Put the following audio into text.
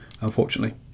unfortunately